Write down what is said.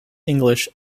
english